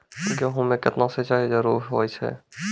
गेहूँ म केतना सिंचाई जरूरी होय छै?